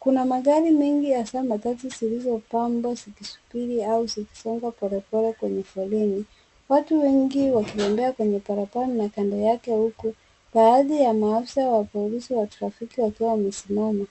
kuna magari mengi ya hasaa matatu zilizopangwa zikisuburi au zikisonga polepole kwenye foleni watu wengi wanatembea kwenye barabara na kando yake huku baadhi ya maafisa wa polisi wa trafiki wakiwa wamesimama.